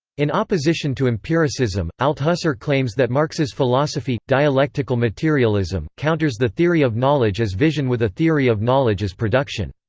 in opposition to empiricism, althusser claims that marx's philosophy, dialectical materialism, counters the theory of knowledge as vision with a theory of knowledge as production.